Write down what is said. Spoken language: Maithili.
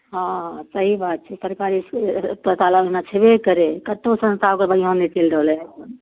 हॅं सही बात छै छेबे करै कतौ संसार मे बढ़िऑं नहि चलि रहलैया हन